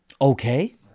okay